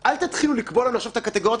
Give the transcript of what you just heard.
חבל סתם שאחליט להוסיף לכם שלוש שנים או הפוך,